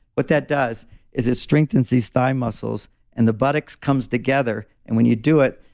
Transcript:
what that does is it strengthens these thigh muscles and the buttocks comes together. and when you do it,